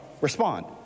Respond